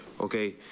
Okay